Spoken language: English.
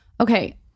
okay